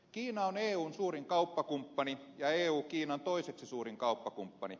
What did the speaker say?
kiina on eun suurin kauppakumppani ja eu kiinan toiseksi suurin kauppakumppani